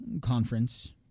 conference